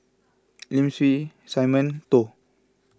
Lim Swe Simon Toh